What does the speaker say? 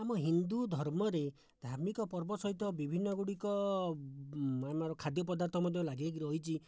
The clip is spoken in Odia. ଆମ ହିନ୍ଦୁ ଧର୍ମରେ ଧାର୍ମିକ ପର୍ବ ସହିତ ବିଭିନ୍ନଗୁଡ଼ିକ ଖାଦ୍ୟ ପଦାର୍ଥ ମଧ୍ୟ ଲାଗିହୋଇକି ରହିଛି